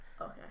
Okay